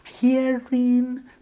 hearing